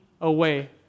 away